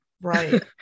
Right